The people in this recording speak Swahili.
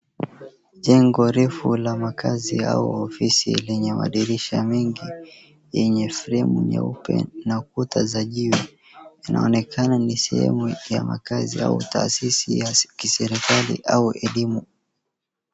Jengo refu la makazi au ofisi lenye madirisha mingi yenye flame nyeupe na kuta za jiwe, inaonekana ni sehemu ya makazi au taasisi ya serikali au elimu.